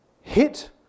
hit